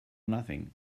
nothing